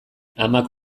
amak